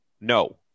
No